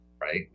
right